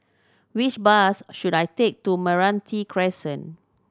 which bus should I take to Meranti Crescent